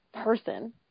person